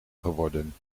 geworden